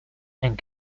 and